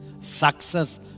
Success